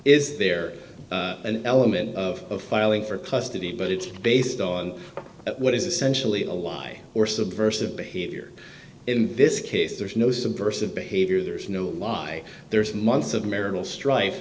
is there an element of filing for custody but it's based on what is essentially a lie or subversive behavior in this case there's no subversive behavior there's no lie there's months of marital strife